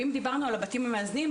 אם דיברנו על הבתים המאזנים,